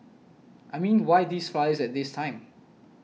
I mean why these flyers at this time